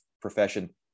profession